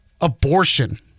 abortion